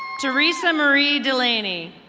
theresa marie delaney.